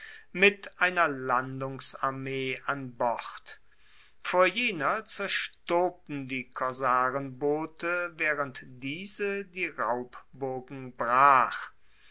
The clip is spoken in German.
mit einer landungsarmee an bord vor jener zerstoben die korsarenboote waehrend diese die raubburgen brach